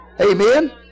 Amen